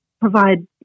provide